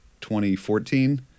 2014